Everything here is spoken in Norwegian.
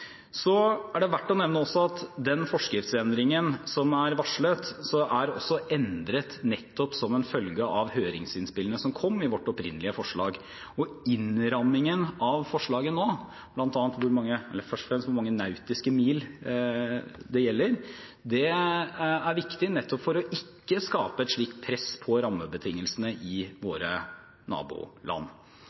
verdt å nevne at den forskriftsendringen som er varslet, er endret nettopp som en følge av høringsinnspillene som kom i vårt opprinnelige forslag. Innrammingen av forslaget nå, først og fremst hvor mange nautiske mil det gjelder, er viktig nettopp for ikke å skape et slikt press på rammebetingelsene i våre naboland.